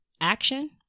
action